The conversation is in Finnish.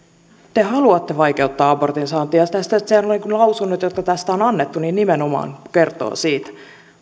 te haluatte vaikeuttaa abortin saantia ne lausunnot jotka tästä on annettu nimenomaan kertovat siitä